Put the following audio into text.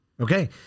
Okay